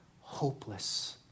hopeless